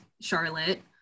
Charlotte